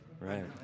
Right